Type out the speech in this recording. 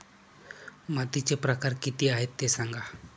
मातीचे प्रकार किती आहे ते सांगा